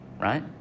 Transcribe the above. Right